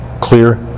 clear